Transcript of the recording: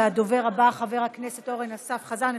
הדובר הבא, אורן אסף חזן.